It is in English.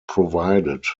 provided